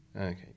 okay